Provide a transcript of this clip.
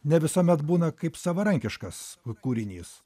ne visuomet būna kaip savarankiškas kūrinys